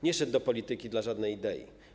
Nie szedł do polityki dla żadnej idei.